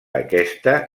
aquesta